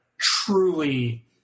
truly –